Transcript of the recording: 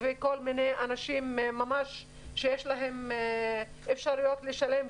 אנשים שיש להם אפשרויות לשלם,